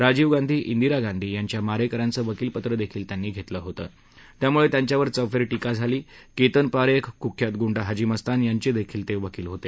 राजीव गांधी इंदिरा गांधी यांच्या मारेकऱ्यांचं वकीलपत्र देखील त्यांनी घेतलं होतं त्यामुळे त्यांच्यावर चौफेर टीका झाली केतन पारेख कुख्यात गुंड हाजी मस्तान यांचे देखील ते वकील होते